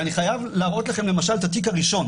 ואני חייב להראות לכם, למשל, את התיק הראשון